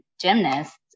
gymnasts